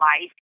life